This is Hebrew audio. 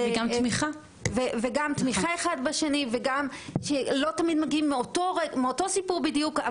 וגם תמיכה אחד בשני גם אם לא תמיד מגיעים מאותו סיפור בדיוק,